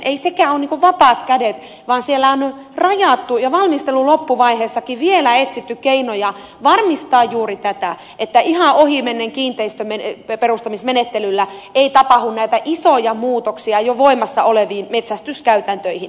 ei sekään ole niin kuin vapaat kädet vaan siellä on rajattu ja valmistelun loppuvaiheessakin vielä etsitty keinoja varmistaa juuri tätä että ihan ohimennen kiinteistönperustamismenettelyllä ei tapahdu näitä isoja muutoksia esimerkiksi jo voimassa oleviin metsästyskäytäntöihin